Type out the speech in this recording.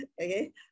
Okay